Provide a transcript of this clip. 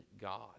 God